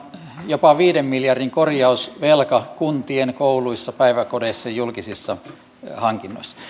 jopa viiden miljardin korjausvelka kuntien kouluissa päiväkodeissa julkisissa hankinnoissa